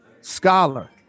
Scholar